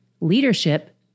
leadership